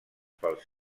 pels